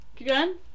again